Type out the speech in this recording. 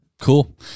Cool